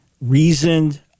reasoned